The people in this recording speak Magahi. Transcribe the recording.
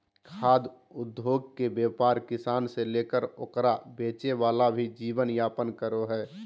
खाद्य उद्योगके व्यापार किसान से लेकर ओकरा बेचे वाला भी जीवन यापन करो हइ